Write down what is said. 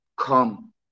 come